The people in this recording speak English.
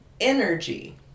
energy